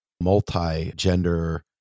multi-gender